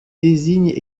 désignent